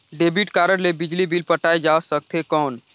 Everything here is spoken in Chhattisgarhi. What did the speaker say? डेबिट कारड ले बिजली बिल पटाय जा सकथे कौन?